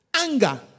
anger